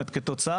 שאלה